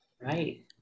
Right